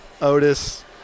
Otis